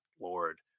Lord